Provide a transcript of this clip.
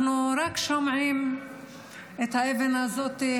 אנחנו רק שומעים את האבן הזאת,